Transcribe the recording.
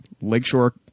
Lakeshore